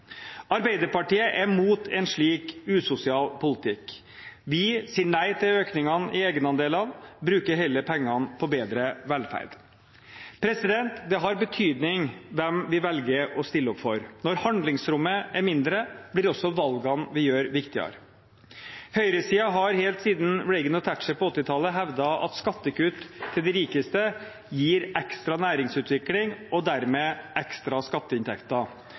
Arbeiderpartiet er mot en slik usosial politikk. Vi sier nei til økningene i egenandelene og bruker heller pengene på bedre velferd. Det har betydning hvem vi velger å stille opp for. Når handlingsrommet er mindre, blir også valgene vi gjør, viktigere. Høyresiden har helt siden Reagan og Thatcher på 1980-tallet hevdet at skattekutt til de rikeste gir ekstra næringsutvikling og dermed ekstra skatteinntekter.